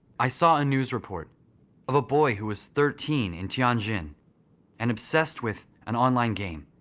i saw a news report of a boy who was thirteen in tianjin and obsessed with an online game.